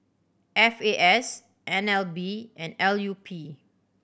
F A S N L B and L U P